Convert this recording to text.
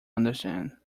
understand